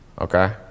okay